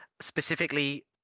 specifically